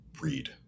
read